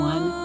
One